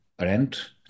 rent